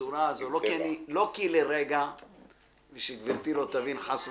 בצורה הזו, לא כי לרגע שגברתי לא תבין חס וחלילה,